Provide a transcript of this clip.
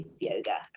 yoga